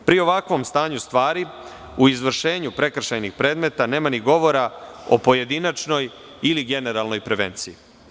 Pri ovakvom stanju stvari, u izvršenju prekršajnih predmeta nema ni govora o pojedinačnoj ili generalnoj prevenciji.